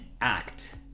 act